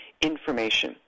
information